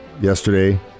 yesterday